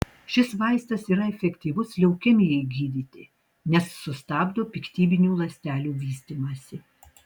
šis vaistas yra efektyvus leukemijai gydyti nes sustabdo piktybinių ląstelių vystymąsi